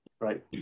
Right